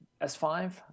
S5